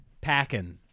packing